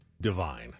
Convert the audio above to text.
divine